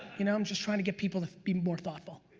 you know, i'm just trying to get people to be more thoughtful.